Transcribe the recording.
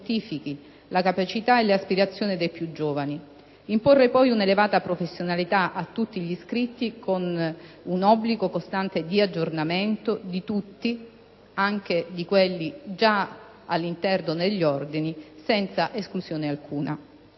le capacità e le aspirazioni dei più giovani; imporre poi un'elevata professionalità a tutti gli iscritti con un obbligo costante di aggiornamento di tutti, anche di coloro già all'interno degli ordini, senza esclusione alcuna.